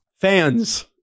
fans